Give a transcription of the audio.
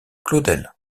claudel